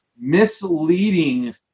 misleading